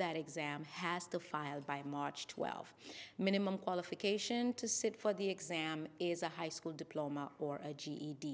that exam has to filed by march twelfth minimum qualification to sit for the exam is a high school diploma or a ged